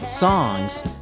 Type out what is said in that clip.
songs